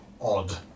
odd